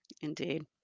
Indeed